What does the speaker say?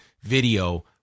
video